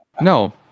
No